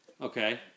Okay